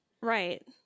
Right